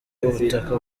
ubutaka